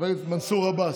חבר הכנסת מנסור עבאס,